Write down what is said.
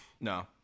No